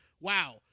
wow